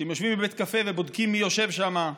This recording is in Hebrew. כשהם יושבים בבית קפה ובודקים מי יושב שם.